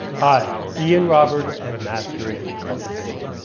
hi, ian roberts and mastering composition.